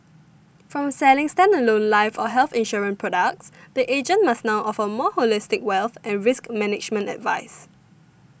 from selling standalone life or health insurance products the agent must now offer more holistic wealth and risk management advice